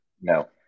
No